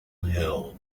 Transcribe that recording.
hill